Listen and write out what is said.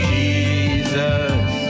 Jesus